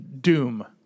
doom